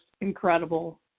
incredible